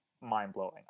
mind-blowing